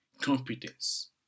competence